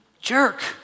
jerk